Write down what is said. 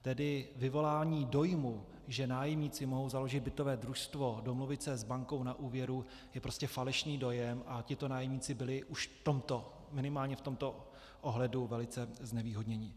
Tedy vyvolání dojmu, že nájemníci mohou založit bytové družstvo, domluvit se s bankou na úvěru, je prostě falešný dojem a tito nájemníci byli už minimálně v tomto ohledu velice znevýhodněni.